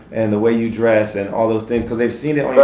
and the way you dress and all those things, cause they've seen it